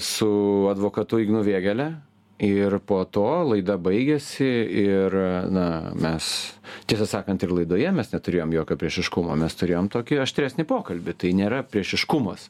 su advokatu ignu vėgėle ir po to laida baigiasi ir na mes tiesą sakant ir laidoje mes neturėjom jokio priešiškumo mes turėjom tokį aštresnį pokalbį tai nėra priešiškumas